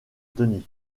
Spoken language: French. tony